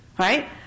Right